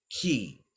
key